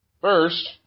First